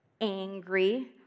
angry